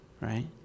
right